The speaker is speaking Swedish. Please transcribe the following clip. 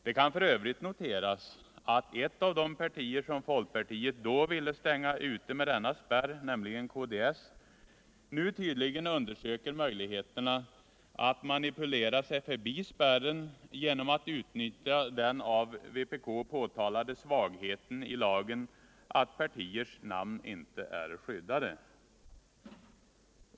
Det kan för övrigt noteras att ett av de partier som folkpartiet då ville stänga ute med denna spärr, nämligen kds, nu tydligen undersöker möjligheterna att manipulera sig förbi spärren genom att utnyttja den av vpk påtalade svagheten i lagen att partiers namn inte är skyddade.